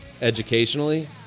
educationally